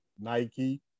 Nike